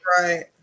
right